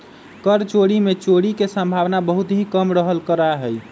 कर चोरी में चोरी के सम्भावना बहुत ही कम रहल करा हई